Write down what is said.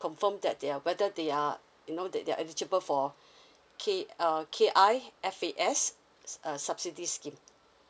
confirm that their whether they are you know th~ they are eligible for K uh K_I_F_A_S s~ uh subsidy scheme